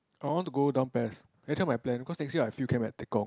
I want to go down pes every time I plan cause next year I field camp at Tekong